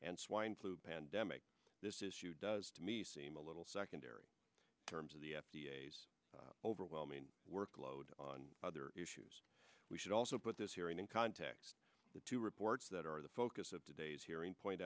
and swine flu pandemic this issue does to me seem a little secondary terms of the overwhelming workload on other issues we should also put this hearing in context the two reports that are the focus of today's hearing point